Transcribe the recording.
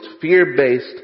fear-based